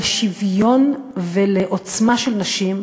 לשוויון ולעוצמה של נשים,